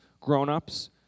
grown-ups